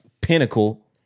pinnacle